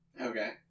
Okay